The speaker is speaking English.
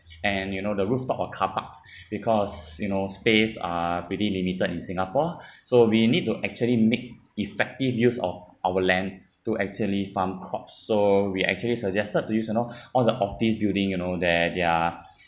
and you know the rooftop of car parks because you know space are pretty limited in singapore so we need to actually make effective use of our land to actually farm crops so we actually suggested to use you know all the office building you know they're their